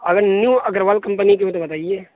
اگر new Agarwal company کی ہو تو بتائیے